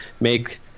make